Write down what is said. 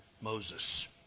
Moses